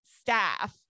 staff